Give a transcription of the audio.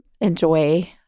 enjoy